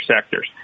sectors